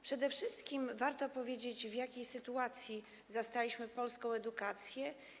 Przede wszystkim należy powiedzieć, w jakiej sytuacji zastaliśmy polską edukację.